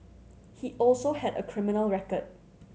he also had a criminal record